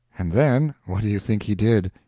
and then, what do you think he did?